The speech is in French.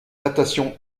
datation